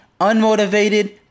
unmotivated